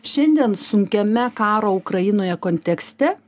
šiandien sunkiame karo ukrainoje kontekste